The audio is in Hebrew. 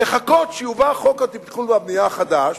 לחכות שיובא חוק התכנון והבנייה החדש,